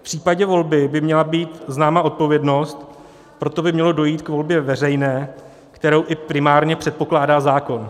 V případě volby by měla být známa odpovědnost, proto by mělo dojít k volbě veřejné, kterou i primárně předpokládá zákon.